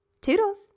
Toodles